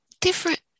different